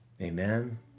Amen